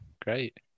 great